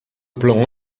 plan